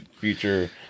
future